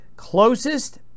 closest